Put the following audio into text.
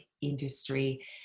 industry